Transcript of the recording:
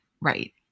right